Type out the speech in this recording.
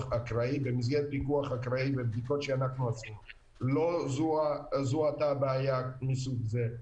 אקראי ובדיקות שאנחנו עושים לא זוהתה בעיה מסוג זה.